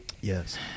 Yes